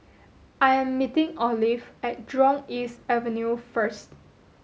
I am meeting Olive at Jurong East Avenue first